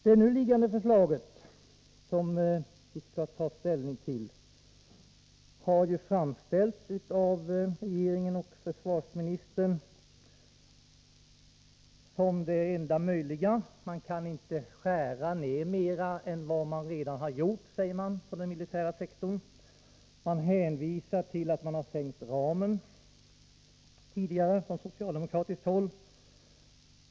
Det förslag vi nu skall ta ställning till har framställts av regeringen och försvarsministern som det enda möjliga. Man kan inte skära ner mer än man redan har gjort sägs det från den militära sektorn. Man hänvisar till att ramen tidigare har sänkts av socialdemokraterna.